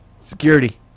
security